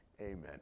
amen